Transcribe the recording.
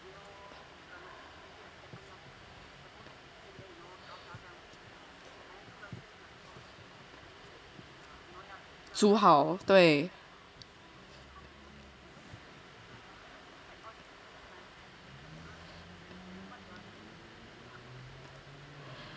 煮好对